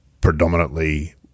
predominantly